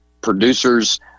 producers